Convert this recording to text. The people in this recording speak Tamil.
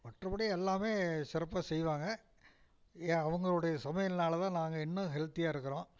மற்றபடி எல்லாமே சிறப்பாக செய்வாங்க யா அவங்களுடைய சமையல்னால் தான் நாங்கள் இன்னும் ஹெல்த்தியாக இருக்கிறோம்